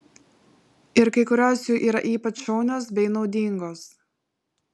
ir kai kurios jų yra ypač šaunios bei naudingos